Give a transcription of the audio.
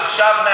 עכשיו?